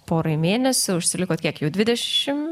porai mėnesių užsilikot kiek jau dvidešim